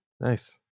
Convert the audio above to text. Nice